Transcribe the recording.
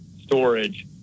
storage